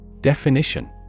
Definition